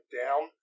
down